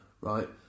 right